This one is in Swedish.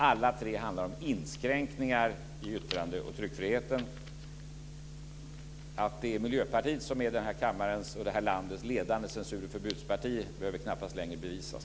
Alla tre handlar om inskränkningar i yttrandeoch tryckfriheten. Att det är Miljöpartiet som är det här landets ledande censur och förbudsparti behöver knappast längre bevisas.